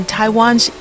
Taiwan's